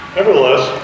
Nevertheless